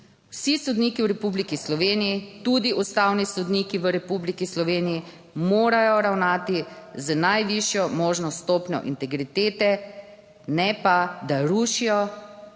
Vsi sodniki v Republiki Sloveniji, tudi ustavni sodniki v Republiki Sloveniji morajo ravnati z najvišjo možno stopnjo integritete. Ne pa da rušijo